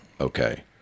Okay